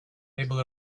able